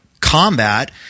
combat –